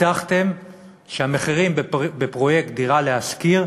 הבטחתם שהמחירים בפרויקט "דירה להשכיר"